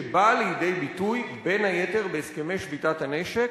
שבאה לידי ביטוי בין היתר בהסכמי שביתת הנשק,